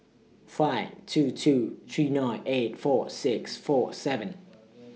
five two two three nine eight four six four seven